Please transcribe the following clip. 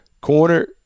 Corner